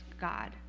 God